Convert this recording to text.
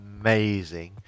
amazing